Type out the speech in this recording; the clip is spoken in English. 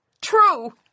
True